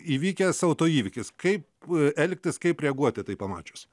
įvykęs autoįvykis kaip elgtis kaip reaguoti tai pamačius